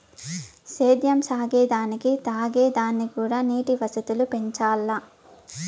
సేద్యం సాగే దానికి తాగే దానిక్కూడా నీటి వసతులు పెంచాల్ల